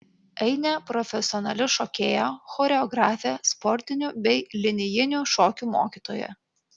ainė profesionali šokėja choreografė sportinių bei linijinių šokių mokytoja